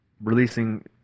releasing